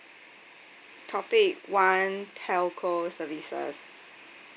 topic one telco services